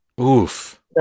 Oof